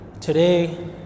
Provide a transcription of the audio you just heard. today